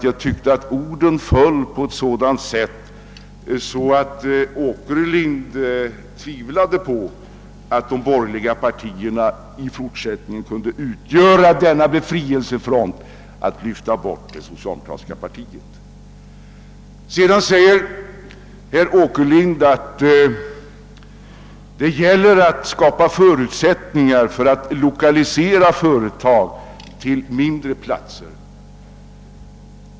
Jag tyckte att orden föll på ett sådant sätt att det verkade som om herr Åkerlind tvivlade på att de borgerliga partierna i fortsättningen kunde utgöra denna »befrielsefront» och därmed lyfta bort det socialdemokratiska partiet. Sedan säger herr Åkerlind att det gäller att skapa förutsättningar för att lokalisera företag till mindre platser.